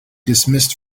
dismissed